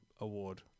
Award